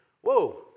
Whoa